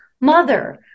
mother